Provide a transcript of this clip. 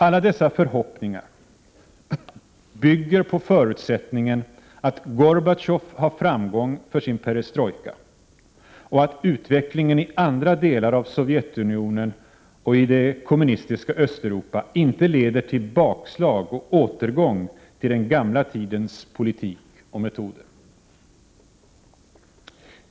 Alla dessa förhoppningar bygger på förutsättningen att Gorbatjov har framgång med sin perestrojka och att utvecklingen i andra delar av Sovjetunionen och i det övriga kommunistiska Östeuropa inte leder till bakslag och återgång till den gamla tidens politik och metoder.